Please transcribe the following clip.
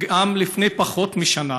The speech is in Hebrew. גם לפני פחות משנה